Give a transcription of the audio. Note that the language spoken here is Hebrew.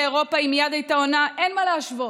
אירופה היא מייד הייתה עונה: אין מה להשוות,